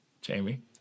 Jamie